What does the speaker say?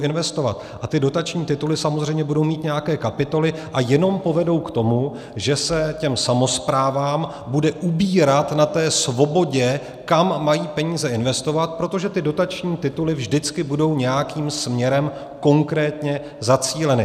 A dotační tituly samozřejmě budou mít nějaké kapitoly a jenom povedou k tomu, že se těm samosprávám bude ubírat na té svobodě, kam mají peníze investovat, protože ty dotační tituly vždycky budou nějakým směrem konkrétně zacíleny.